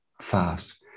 fast